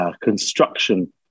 Construction